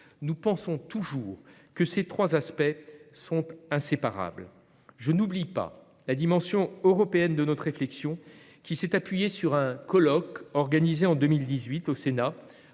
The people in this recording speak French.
Nous pensons toujours que ces trois aspects sont inséparables. Je n'oublie pas la dimension européenne de notre réflexion, qui s'est appuyée sur un colloque organisé en 2018 au Sénat,